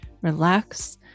relax